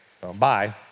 bye